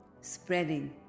spreading